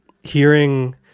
hearing